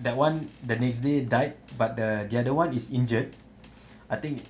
that one the next day died but the the other one is injured I think